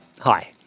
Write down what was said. Hi